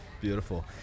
Beautiful